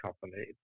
company